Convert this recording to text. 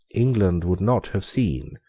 england would not have seen,